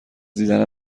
دیدن